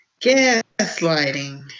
Gaslighting